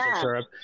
syrup